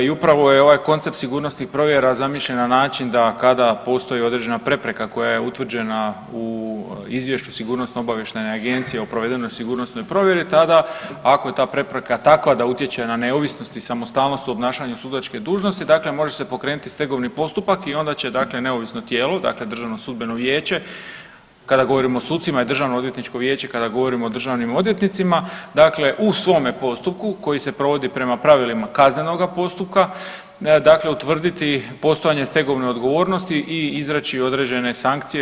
I upravo je ovaj koncept sigurnosnih provjera zamišljen na način da kada postoji određena prepreka koja je utvrđena u izvješću Sigurnosno-obavještajne agencije o provedenoj sigurnosnoj provjeri tada ako je ta prepreka takva da utječe na neovisnost i samostalnost u obnašanju sudačke dužnosti, dakle može se pokrenuti stegovni postupak i onda će, dakle neovisno tijelo, dakle Državno sudbeno vijeće kada govorimo o sucima i Državno odvjetničko vijeće kada govorimo o državnim odvjetnicima, dakle u svome postupku koji se provodi prema pravilima kaznenoga postupka, dakle utvrditi postojanje stegovne odgovornosti i izreći određene sankcije.